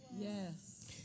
Yes